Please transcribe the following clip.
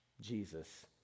Jesus